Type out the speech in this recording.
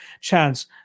chance